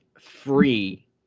free